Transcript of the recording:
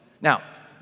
Now